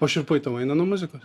o šiurpai tau eina nuo muzikos